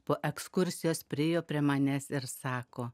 po ekskursijos priėjo prie manęs ir sako